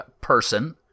person